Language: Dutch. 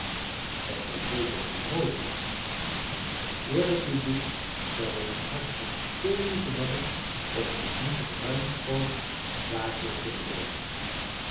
dat zou zeker zeer mooi zijn en het geëerde publiek zou wel een hart van steen moeten hebben om ons niet ruimschoots daarvoor te beloonen